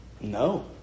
no